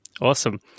Awesome